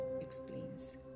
explains